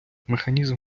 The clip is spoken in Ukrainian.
механізм